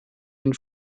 and